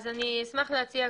אשמח להציע,